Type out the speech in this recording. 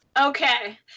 okay